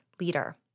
leader